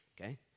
okay